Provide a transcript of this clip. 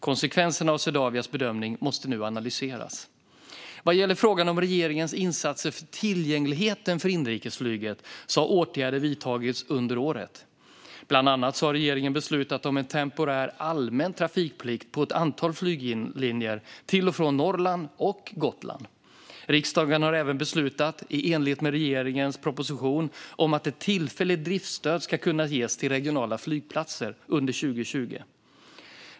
Konsekvenserna av Swedavias bedömning måste nu analyseras. Vad gäller frågan om regeringens insatser för tillgängligheten för inrikesflyget har åtgärder vidtagits under året. Bland annat har regeringen beslutat om en temporär allmän trafikplikt på ett antal flyglinjer till och från Norrland och Gotland. Riksdagen har även beslutat, i enlighet med regeringens proposition, att ett tillfälligt driftsstöd ska kunna ges till regionala flygplatser under 2020.